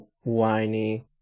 whiny